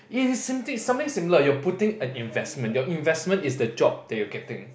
it is same thing something similar you're putting an investment your investment is the job that you're getting